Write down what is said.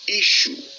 issue